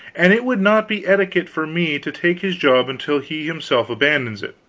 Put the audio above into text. and it would not be etiquette for me to take his job until he himself abandons it.